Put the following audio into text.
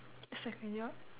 it's like a yacht